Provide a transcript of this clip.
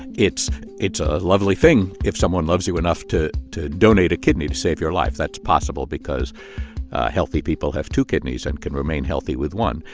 it's it's a lovely thing if someone loves you enough to to donate a kidney to save your life. that's possible because healthy people have two kidneys and can remain healthy with one.